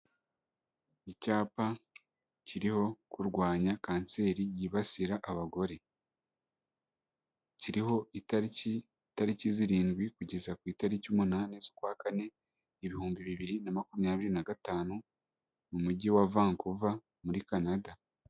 Icyapa kiriho kurwanya kanseri yibasira abagoreho, kiriho itariki, itariki zirindwi kugeza ku itariki umunani z'ukwa kane ibihumbi bibiri na makumyabiri na gatanu mu Mujyi wa Vancouver muri Canada.